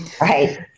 right